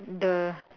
the